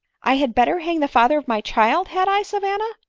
i had better hang the father of my child, had i, savanna?